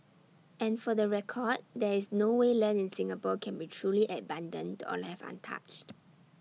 and for the record there is no way land in Singapore can be truly abandoned or left untouched